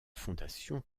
fondation